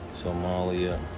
somalia